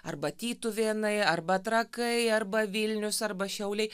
arba tytuvėnai arba trakai arba vilnius arba šiauliai